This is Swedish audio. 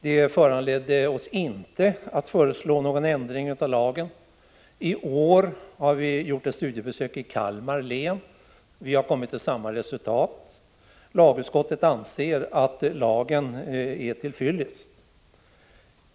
Detta besök föranledde oss inte att föreslå någon ändring av lagen. I år har vi gjort ett studiebesök i Kalmar län. Vi har kommit till samma resultat; lagutskottet anser att lagen är till fyllest.